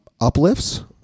Uplifts